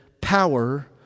power